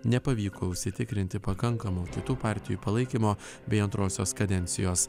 nepavyko užsitikrinti pakankamo kitų partijų palaikymo bei antrosios kadencijos